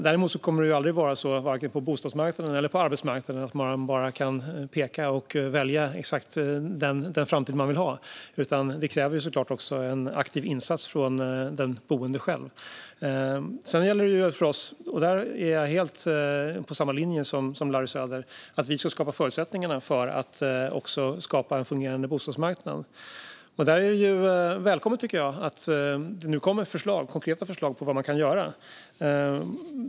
Däremot kommer det aldrig att vara så, vare sig på bostadsmarknaden eller på arbetsmarknaden, att man bara kan peka ut och välja exakt den framtid man vill ha. Det krävs självklart en aktiv insats från den boende själv. Sedan gäller det ju för oss - och där är jag helt på samma linje som Larry Söder - att skapa förutsättningarna för en fungerande bostadsmarknad. Där tycker jag att det är välkommet att det nu kommer konkreta förslag på vad man kan göra.